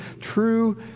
true